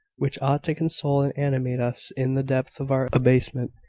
which ought to console and animate us in the depth of our abasement,